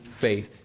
faith